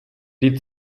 die